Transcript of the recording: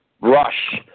Rush